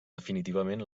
definitivament